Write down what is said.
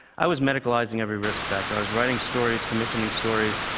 i was medicalizing every risk factor, i was writing stories, commissioning stories,